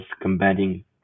combating